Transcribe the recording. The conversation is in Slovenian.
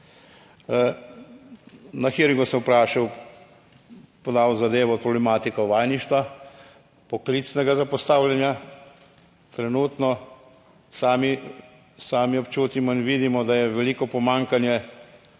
Na hearingu sem vprašal, podal zadevo, problematiko vajeništva, poklicnega zapostavljanja trenutno sami, sami občutimo in vidimo, da je veliko pomanjkanje.